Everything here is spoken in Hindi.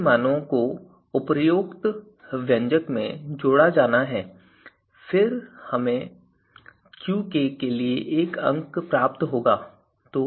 इन मानों को उपरोक्त व्यंजक में जोड़ा जाना है और फिर हमें Qk के लिए एक अंक प्राप्त होगा